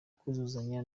kuzuzanya